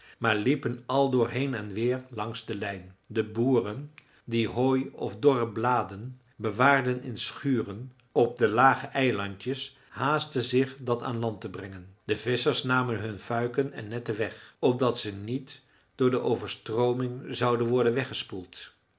maar liepen aldoor heen en weer langs de lijn de boeren die hooi of dorre bladen bewaarden in schuren op de lage eilandjes haastten zich dat aan land te brengen de visschers namen hun fuiken en netten weg opdat ze niet door de overstrooming zouden worden weggespoeld